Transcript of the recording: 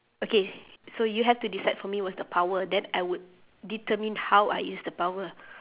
okay so you have to decide for me what's the power then I would determine how I use the power